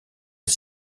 est